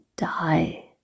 Die